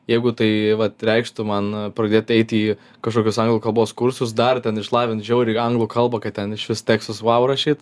jeigu tai vat reikštų man pradėt eit į kažkokius anglų kalbos kursus dar ten išlavint žiauriai anglų kalbą kad ten išvis tekstus wow rašyt